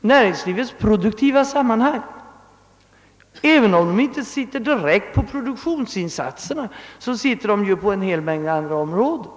näringslivets produktiva sammanhang? även om de inte sitter just där produktionsinsatserna görs, så sitter de ju på en hel mängd andra områden.